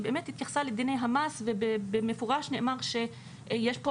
היא באמת התייחסה לדיני המס ובמפורש נאמר שיש פה